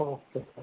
okay sir